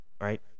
right